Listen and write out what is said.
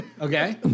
Okay